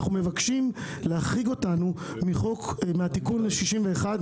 אנחנו מבקשים להחריג אותנו מתיקון 61,